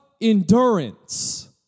endurance